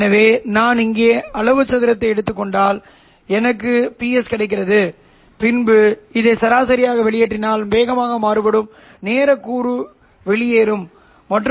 எனவே உள்ளூர் ஊசலாட்ட அதிர்வெண்ணை உள்வரும் சமிக்ஞை அதிர்வெண்ணுக்கு சமமாக மாற்றினால் அவரது ωs ωLO 0 சரியாக இருக்கும்